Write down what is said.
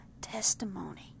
testimony